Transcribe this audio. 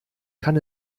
kann